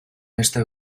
este